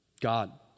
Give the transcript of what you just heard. God